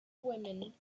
women